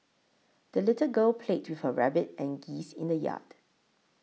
the little girl played with her rabbit and geese in the yard